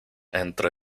entre